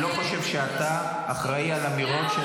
אני לא חושב שאתה אחראי לאמירות של